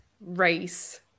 race